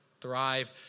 thrive